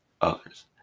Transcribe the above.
others